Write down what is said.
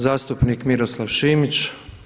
Zastupnik Miroslav Šimić.